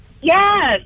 Yes